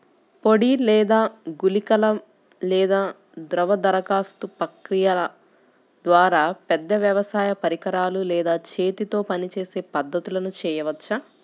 పొడి లేదా గుళికల లేదా ద్రవ దరఖాస్తు ప్రక్రియల ద్వారా, పెద్ద వ్యవసాయ పరికరాలు లేదా చేతితో పనిచేసే పద్ధతులను చేయవచ్చా?